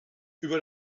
über